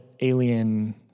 alien